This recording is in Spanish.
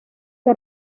que